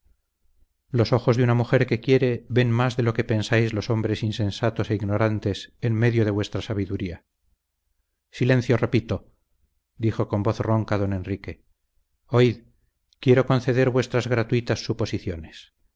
los ojos de una mujer que quiere ven más de lo que pensáis los hombres insensatos e ignorantes en medio de vuestra sabiduría silencio repito dijo con voz ronca don enrique oíd quiero conceder vuestras gratuitas suposiciones